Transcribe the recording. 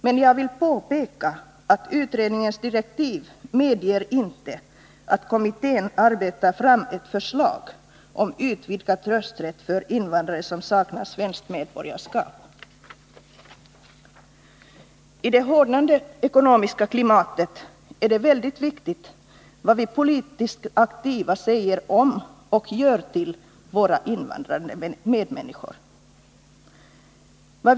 Men jag vill påpeka att utredningens direktiv inte medger att kommittén arbetar fram ett förslag om utvidgad rösträtt för invandrare som saknar svenskt medborgarskap. I det hårdnande ekonomiska klimatet är det mycket viktigt vad vi politiskt aktiva säger om våra invandrande medmänniskor och vad vi gör för dem.